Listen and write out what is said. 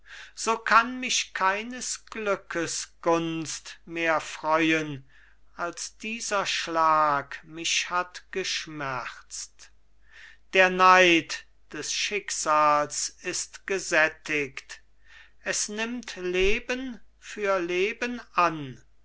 so kann mich keines glückes gunst mehr freuen als dieser schlag mich hat geschmerzt der neid des schicksals ist gesättigt es nimmt leben für leben an